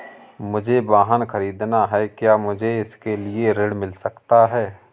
मुझे वाहन ख़रीदना है क्या मुझे इसके लिए ऋण मिल सकता है?